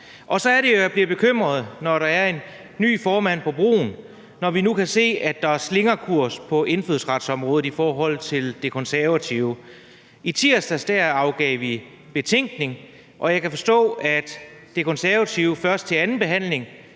Og så er det jo, jeg bliver bekymret, når der er en ny formand på broen, når vi nu kan se, at der er slingrekurs på indfødsretsområdet i forhold til De Konservative. I tirsdags afgav vi en betænkning, og jeg kan forstå, at De Konservative først til andenbehandlingen